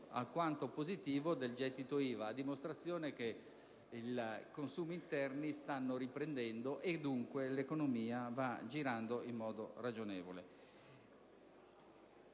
alquanto positivo del gettito IVA, a riprova che i consumi interni si stanno riprendendo e che dunque l'economia sta girando in modo ragionevole.